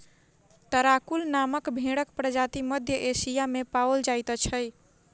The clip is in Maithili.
कराकूल नामक भेंड़क प्रजाति मध्य एशिया मे पाओल जाइत छै